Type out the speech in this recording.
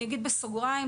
אגיד בסוגריים,